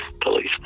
police